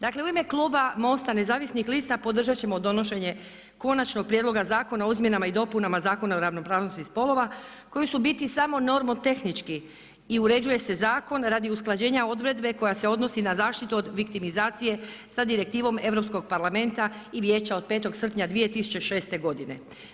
Dakle u kluba MOST-a, podržat ćemo donošenje Konačnog prijedloga Zakona o izmjenama i dopunama Zakona o ravnopravnosti spolova, koji su u biti samo normo-tehnički i uređuje se zakon radi usklađenja odredbe koja se odnosi na zaštitu od viktimizacije, sa direktivom Europskog parlamenta i Vijeća od 05. srpnja 2006. godine.